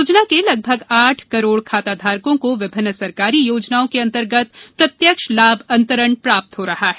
योजना के लगभग आठ करोड़ खाता धारकों को विभिन्न सरकारी योजनाओं के अंतर्गत प्रत्यक्ष लाभ अंतरण प्राप्त हो रहा है